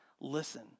listen